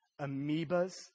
amoebas